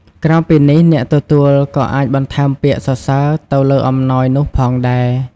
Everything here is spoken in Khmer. ក្រៅពីនេះ អ្នកទទួលក៏អាចបន្ថែមពាក្យសរសើរទៅលើអំណោយនោះផងដែរ។